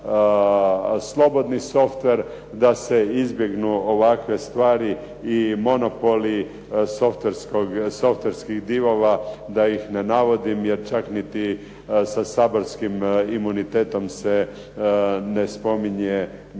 slobodni softver da se izbjegnu ovakve stvari i monopoli softverskih divova da ih ne navodim jer čak niti sa saborskim imunitetom se ne spominje